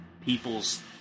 people's